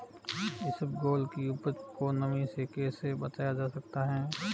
इसबगोल की उपज को नमी से कैसे बचाया जा सकता है?